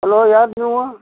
hello ಯಾರು ನೀವು